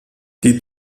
die